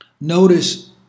notice